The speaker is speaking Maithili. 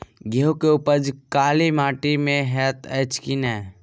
गेंहूँ केँ उपज काली माटि मे हएत अछि की नै?